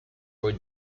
for